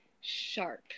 sharp